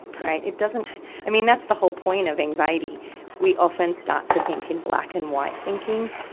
right. it doesn't, i mean that's the whole point of anxiety we often start to think in black and white thinking,